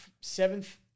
seventh